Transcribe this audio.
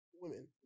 women